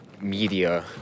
media